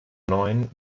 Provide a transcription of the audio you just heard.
neun